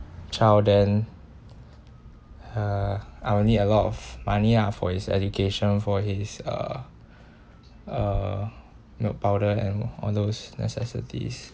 child then uh I'll need a lot of money ah for his education for his uh uh milk powder and all those necessities